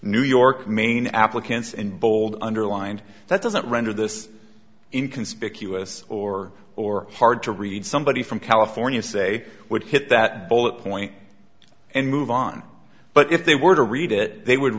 new york maine applicants and bold underlined that doesn't render this in conspicuous or or hard to read somebody from california say would hit that bullet point and move on but if they were to read it they would